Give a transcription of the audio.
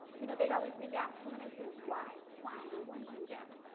you know they'd always say yes. and then i'd say why, why do you want to do that?